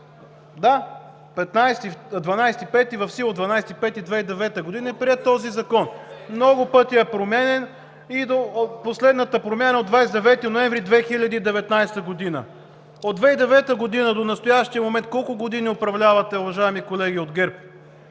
Да – в сила от 12 май 2009 г. е приет този закон. Много пъти е променян и до последната промяна от 29 ноември 2019 г. От 2009 г. до настоящия момент колко години управлявате, уважаеми колеги от ГЕРБ,